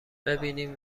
ببینیم